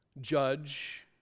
judge